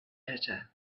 better